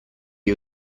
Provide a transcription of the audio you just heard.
gli